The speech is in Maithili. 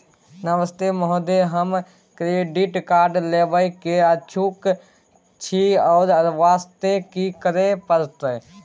नमस्ते महोदय, हम क्रेडिट कार्ड लेबे के इच्छुक छि ओ वास्ते की करै परतै?